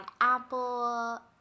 Apple